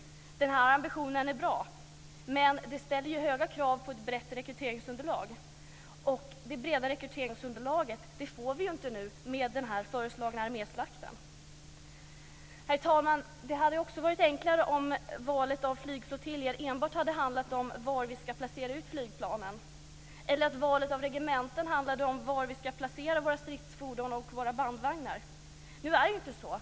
Ambitionen är bra, men den ställer höga krav på ett brett rekryteringsunderlag. Det breda rekryteringsunderlaget får vi inte nu med den föreslagna arméslakten. Herr talman! Det hade varit enklare om valet av flygflottiljer enbart hade handlat om var vi ska placera ut flygplanen, eller att valet av regementen handlade om var vi ska placera våra stridsfordon och våra bandvagnar. Nu är det inte så.